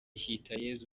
hitayezu